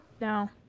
No